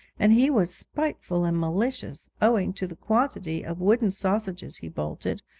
and he was spiteful and malicious, owing to the quantity of wooden sausages he bolted,